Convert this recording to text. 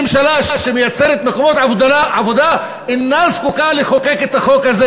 ממשלה שמייצרת מקומות עבודה אינה זקוקה לחוק הזה.